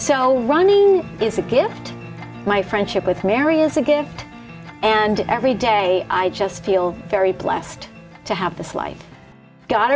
we're running is a gift my friendship with mary is a gift and every day i just feel very blessed to have this life go